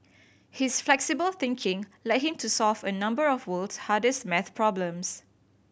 his flexible thinking led him to solve a number of world's hardest maths problems